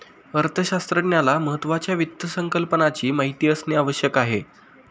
अर्थशास्त्रज्ञाला महत्त्वाच्या वित्त संकल्पनाची माहिती असणे आवश्यक आहे